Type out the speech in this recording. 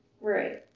Right